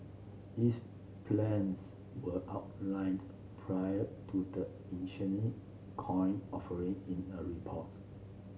these plans were outlined prior to the coin offering in a report